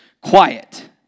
Quiet